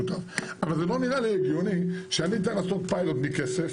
אבל זה לא נראה לי הגיוני שאני צריך לעשות פיילוט בלי כסף,